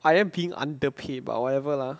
I am being underpaid but whatever lah